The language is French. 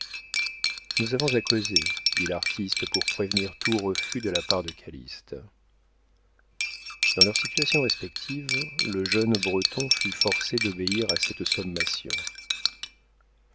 nous avons à causer dit l'artiste pour prévenir tout refus de la part de calyste dans leur situation respective le jeune breton fut forcé d'obéir à cette sommation